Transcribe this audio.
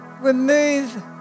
remove